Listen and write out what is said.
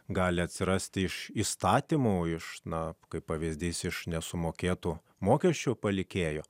gali atsirasti iš įstatymo iš na kaip pavyzdys iš nesumokėtų mokesčių palikėjo